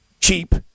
cheap